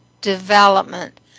development